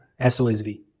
SOSV